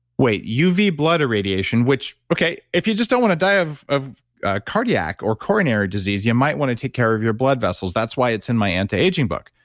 wait, uv blood irradiation, which okay, if you just don't want to die of of ah cardiac or coronary disease, you might want to take care of your blood vessels. that's why it's in my antiaging book.